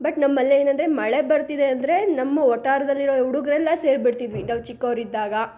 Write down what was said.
but ನಮ್ಮಲ್ಲೇನಂದರೆ ಮಳೆ ಬರ್ತಿದೆ ಅಂದರೆ ನಮ್ಮ ವಠಾರ್ದಲ್ಲಿರೋ ಹುಡುಗ್ರೆಲ್ಲಾ ಸೇರಿಬಿಡ್ತಿದ್ವಿ ನಾವು ಚಿಕ್ಕವರಿದ್ದಾಗ